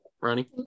Ronnie